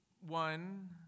one